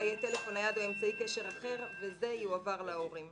ההסעה יהיה טלפון נייד או אמצעי קשר אחר" וזה יועבר להורים.